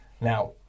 Now